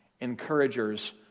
encouragers